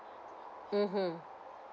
mmhmm